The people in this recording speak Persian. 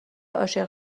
عاشق